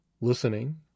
listening